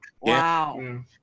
Wow